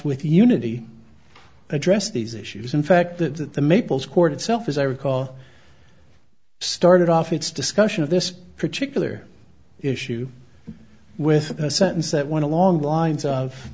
with unity addressed these issues in fact that the maples court itself as i recall started off its discussion of this particular issue with a sentence that want to long lines of